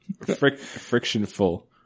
Frictionful